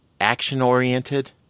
action-oriented